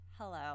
Hello